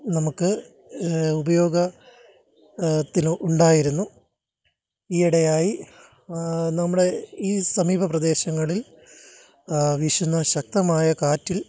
നമുക്ക് ഉപയോഗത്തിനുണ്ടായിരുന്നു ഈയിടെയായി നമ്മുടെ ഈ സമീപപ്രദേശങ്ങളിൽ വീശുന്ന ശക്തമായ കാറ്റിൽ